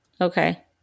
Okay